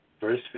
verse